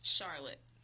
Charlotte